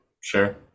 sure